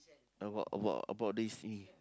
about about about this